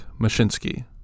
Mashinsky